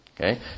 Okay